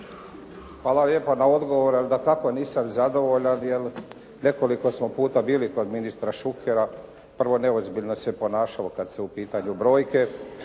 Hvala lijepa na odgovoru. Ali dakako nisam zadovoljan jer nekoliko smo puta bili kod ministra Šukera. Prvo, neozbiljno se ponašao kad su u pitanju brojke